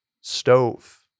stove